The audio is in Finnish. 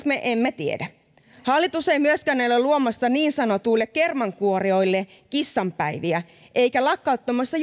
me emme tiedä hallitus ei myöskään ole luomassa niin sanotuille kermankuorijoille kissanpäiviä eikä lakkauttamassa